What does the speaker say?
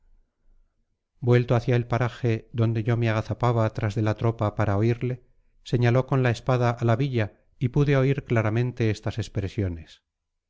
vuelto hacia el paraje donde yo me agazapaba tras de la tropa para oírle señaló con la espada a la villa y pude oír claramente estas expresiones